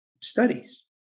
studies